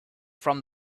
from